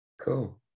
cool